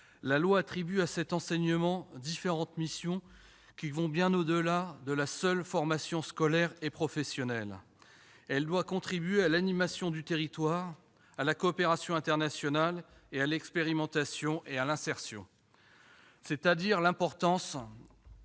La loi attribue à cet enseignement différentes missions, qui vont bien au-delà de la seule formation scolaire et professionnelle. Il doit également contribuer à l'animation du territoire, à la coopération internationale, à l'expérimentation et à l'insertion. C'est dire l'importance